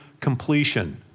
completion